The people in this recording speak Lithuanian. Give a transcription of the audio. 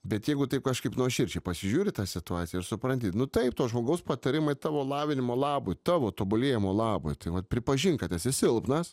bet jeigu taip kažkaip nuoširdžiai pasižiūri į tą situaciją ir supranti nu taip to žmogaus patarimai tavo lavinimo labui tavo tobulėjimo labui tai vat pripažink kad esi silpnas